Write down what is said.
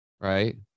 right